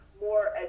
more